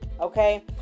okay